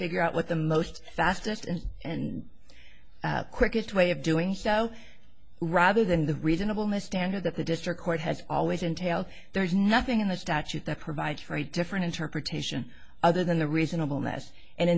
figure out what the most fastest and quickest way of doing so rather than the reasonable miss dander that the district court has always entailed there is nothing in the statute that provides for a different interpretation other than the reasonable ness and